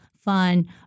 fun